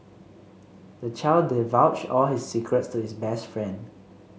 the child divulged all his secrets to his best friend